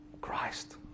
Christ